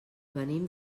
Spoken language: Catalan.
venim